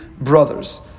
brothers